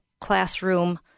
classroom